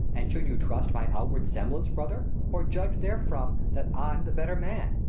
and should you trust my outward semblance, brother, or judge therefrom that i'm the better man?